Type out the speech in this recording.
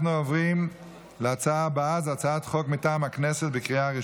12 בעד, אין מתנגדים, אין נמנעים.